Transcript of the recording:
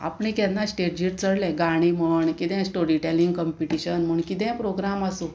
आपणें केन्ना स्टेजीर चडलें गाणीं म्हण किदें स्टोरी टॅलिंग कंपिटिशन म्हण किदेंय प्रोग्राम आसूं